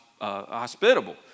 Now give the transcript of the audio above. hospitable